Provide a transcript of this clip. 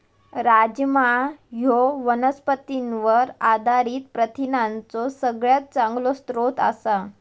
राजमा ह्यो वनस्पतींवर आधारित प्रथिनांचो सगळ्यात चांगलो स्रोत आसा